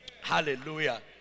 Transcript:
Hallelujah